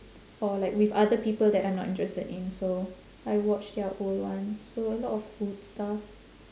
or like with other people that I'm not interested in so I watch their old ones so a lot of food stuff